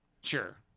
Sure